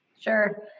Sure